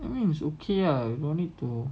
I mean it's okay ah you no need to